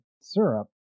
syrup